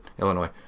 Illinois